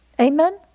Amen